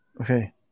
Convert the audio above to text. Okay